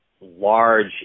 large